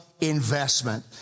investment